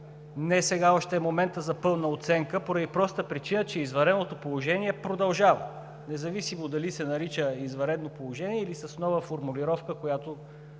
Не сега още е моментът за пълна оценка, поради простата причина че извънредното положение продължава. Независимо дали се нарича „извънредно положение“, или с нова формулировка, която